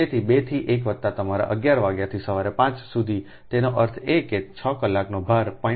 તેથી 2 થી 1 વત્તા તમારા 11 વાગ્યાથી સવારે 5 સુધીતેનો અર્થ એ કે 6 કલાકનો ભાર 0